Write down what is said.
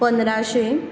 पंद्राशें